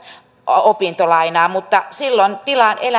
opintolainaa mutta silloin